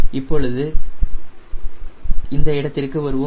இப்பொழுது வருவோம்